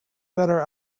better